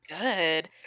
good